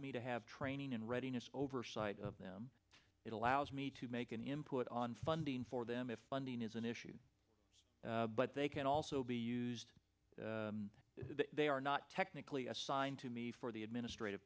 me to have training and readiness oversight of them it allows me to make an input on funding for them if funding is an issue but they can also be used they are not technically assigned to me for the administrative